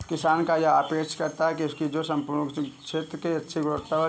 किसान यह अपेक्षा करता है कि उसकी जोत के सम्पूर्ण क्षेत्र में अच्छी गुणवत्ता वाली हो